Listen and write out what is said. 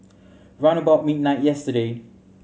round about midnight yesterday